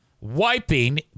Wiping